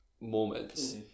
moments